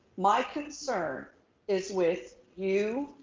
my concern is with you,